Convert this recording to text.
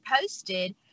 posted